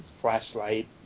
flashlight